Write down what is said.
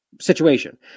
situation